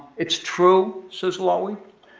it's true, says lewy,